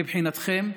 מבחינתכם,